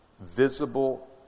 visible